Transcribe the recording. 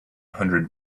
hundred